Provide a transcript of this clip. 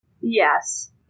Yes